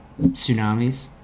tsunamis